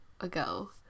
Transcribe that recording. ago